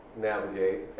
navigate